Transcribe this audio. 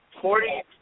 Forty